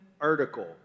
article